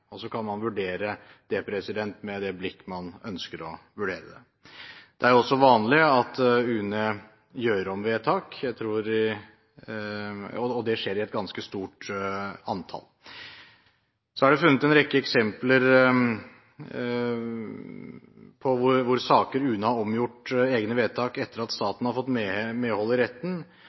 Så kan man vurdere det med det blikk man ønsker å vurdere det. Det er også vanlig at UNE gjør om vedtak, og det skjer i et ganske stort antall. Så er det funnet en rekke eksempler på saker hvor UNE har omgjort egne vedtak etter at staten har fått medhold i retten,